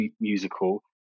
musical